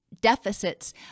deficits